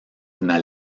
una